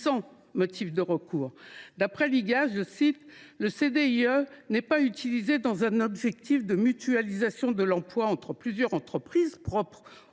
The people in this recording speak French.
sans motif de recours. D’après l’Igas, le CDIE « n’est pas utilisé dans un objectif de mutualisation de l’emploi entre plusieurs entreprises »,